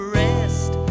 rest